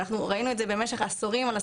ואנחנו ראינו את זה במשך עשורים על עשורים.